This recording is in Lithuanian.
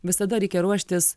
visada reikia ruoštis